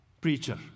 preacher